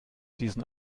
diesen